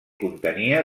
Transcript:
contenia